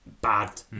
bad